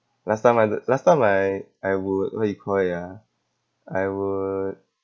last time I the last time I I would what you call it ah I would